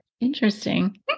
Interesting